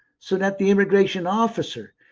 so that the immigration officer,